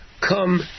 come